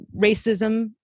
racism